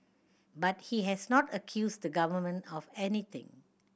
but he has not accused the Government of anything